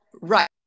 right